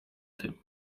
tym